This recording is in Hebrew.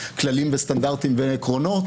כללים, סטנדרטים ועקרונות